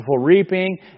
reaping